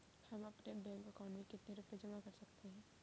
हम अपने bank account में कितने रुपये जमा कर सकते हैं?